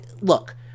Look